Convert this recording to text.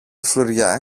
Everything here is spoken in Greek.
φλουριά